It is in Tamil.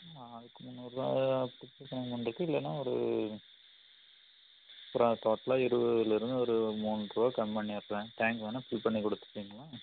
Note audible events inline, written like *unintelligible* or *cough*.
ஆளுக்கு முன்னூறுரூவா *unintelligible* பேமெண்ட்டுக்கு இல்லைனா ஒரு ஒரு டோட்டலாக இருபதுலருந்து ஒரு மூணுரூவா கம்மி பண்ணிடறேன் டேங்க் வேணால் ஃபில் பண்ணி கொடுத்துட்றீங்களா